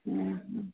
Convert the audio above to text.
ଉଁ ହୁଁ